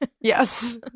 yes